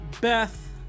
Beth